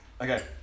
Okay